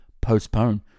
Postpone